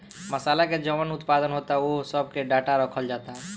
मासाला के जवन उत्पादन होता ओह सब के डाटा रखल जाता